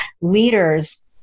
leaders